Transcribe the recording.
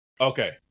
Okay